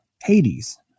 Hades